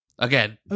Again